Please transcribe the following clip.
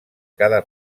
cada